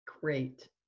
Great